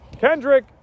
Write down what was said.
Kendrick